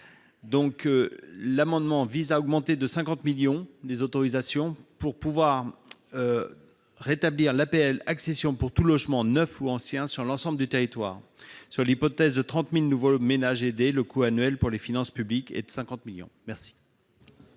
donc l'amendement vise à augmenter de 50 millions les autorisations pour pouvoir rétablir l'APL accession pour tous, logements, neufs ou anciens, sur l'ensemble du territoire sur l'hypothèse de 30000 nouveaux ménages aidés, le coût annuel pour les finances publiques et de 50 millions merci.